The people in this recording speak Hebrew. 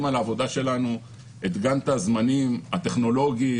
על העבודה שלנו את גאנט הזמנים הטכנולוגי,